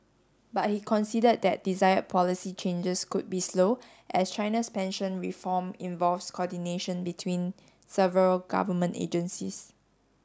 but he conceded that desired policy changes could be slow as China's pension reform involves coordination between several government agencies